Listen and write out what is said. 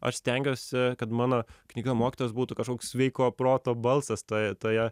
aš stengiuosi kad mano knyga mokytojas būtų kažkoks sveiko proto balsas toje toje